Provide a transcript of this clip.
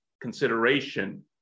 consideration